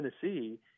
Tennessee